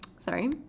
Sorry